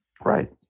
Right